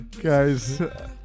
Guys